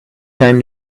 time